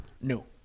No